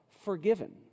forgiven